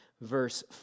verse